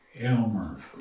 Elmer